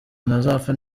ntazapfa